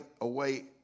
away